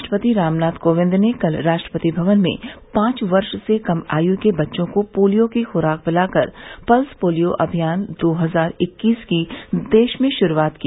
राष्ट्रपति रामनाथ कोविंद ने कल राष्ट्रपति भवन में पांच वर्ष से कम आयु के बच्चों को पोलियो की खुराक पिलाकर पल्स पोलियो अभियान दो हजार इक्कीस की देश में शुरूआत की